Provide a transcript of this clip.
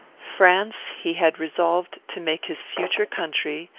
france he had resolved to make his future country,